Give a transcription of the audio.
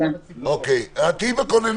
לא, בסך הכול 20